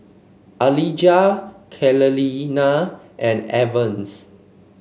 Alijah Kaleena and Evans